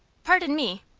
pardon me,